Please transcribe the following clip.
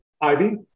Ivy